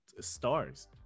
stars